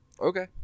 okay